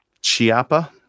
Chiapa